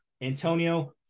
Antonio